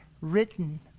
written